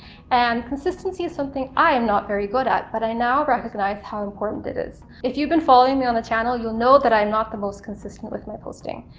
and consistency is something i am not very good at, but i now recognize how important it is. if you've been following me on a channel you'll know that i'm not the most consistent with my posting,